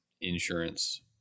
insurance